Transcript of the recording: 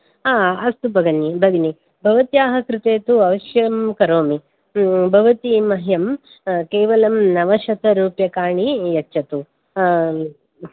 हा अस्तु भगनि भगिनि भवत्याः कृते तु अवश्यं करोमि भवती मह्यं केवलं नवशतरूप्यकाणि यच्छतु